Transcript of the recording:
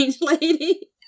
lady